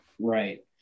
Right